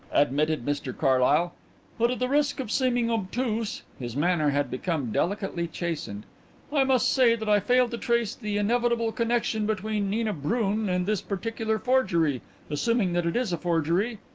admitted mr carlyle but at the risk of seeming obtuse his manner had become delicately chastened i must say that i fail to trace the inevitable connexion between nina brun and this particular forgery assuming that it is a forgery.